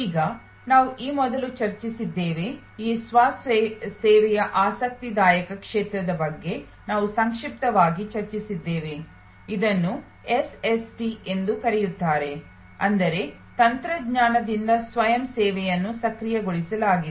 ಈಗ ನಾವು ಈ ಮೊದಲು ಚರ್ಚಿಸಿದ್ದೇವೆ ಈ ಸ್ವ ಸೇವೆಯ ಆಸಕ್ತಿದಾಯಕ ಕ್ಷೇತ್ರದ ಬಗ್ಗೆ ನಾವು ಸಂಕ್ಷಿಪ್ತವಾಗಿ ಚರ್ಚಿಸಿದ್ದೇವೆ ಇದನ್ನು ಎಸ್ಎಸ್ಟಿ ಎಂದೂ ಕರೆಯುತ್ತಾರೆ ಅಂದರೆ ತಂತ್ರಜ್ಞಾನದಿಂದ ಸ್ವಯಂ ಸೇವೆಯನ್ನು ಸಕ್ರಿಯಗೊಳಿಸಲಾಗಿದೆ